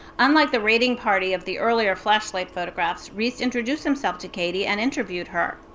unlike the raiding party of the earlier flashlight photographs, riis introduced himself to katie and interviewed her.